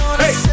hey